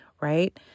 right